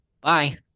bye